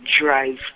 drive